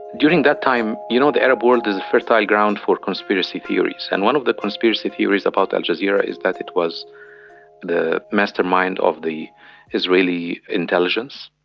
during that time, you know the arab world is fertile ground for conspiracy theories, and one of the conspiracy theories about al jazeera is that it was the mastermind of the israeli intelligence,